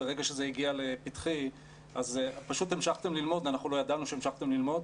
ברגע שזה הגיע לפתחי פשוט המשכתם ללמוד ואנחנו לא ידענו שהמשכתם ללמוד.